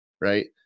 right